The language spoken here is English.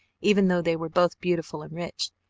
even though they were both beautiful and rich.